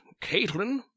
Caitlin